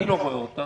אני לא רואה אותה